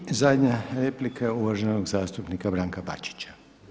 I zadnja replika uvaženog zastupnika Branka Bačića.